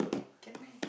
can meh